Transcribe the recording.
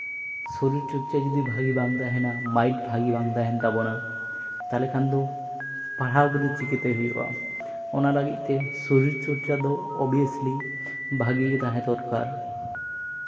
ᱪᱮᱫᱟᱜ ᱥᱮ ᱥᱚᱨᱤᱨ ᱪᱚᱨᱪᱟ ᱡᱩᱫᱤ ᱵᱷᱟᱜᱤ ᱵᱟᱝ ᱛᱟᱦᱮᱱᱟ ᱢᱟᱭᱤᱱᱰ ᱵᱷᱟᱹᱜᱤ ᱵᱟᱝ ᱛᱟᱦᱮᱱ ᱛᱟᱵᱚᱱᱟ ᱛᱟᱦᱚᱞᱮ ᱠᱷᱟᱱ ᱫᱚ ᱯᱟᱲᱦᱟᱣ ᱠᱚᱫᱚ ᱪᱤᱠᱟᱹᱛᱮ ᱦᱩᱭᱩᱜᱼᱟ ᱚᱱᱟ ᱞᱟᱹᱜᱤᱫ ᱛᱮ ᱥᱚᱨᱤᱨ ᱪᱚᱨᱪᱟ ᱫᱚ ᱳᱵᱤᱭᱮᱥᱞᱤ ᱵᱷᱟᱹᱜᱤ ᱜᱮ ᱛᱟᱦᱮᱸ ᱫᱚᱨᱠᱟᱨ